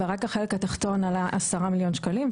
ורק החלק התחתון עלה 10 מיליון שקלים,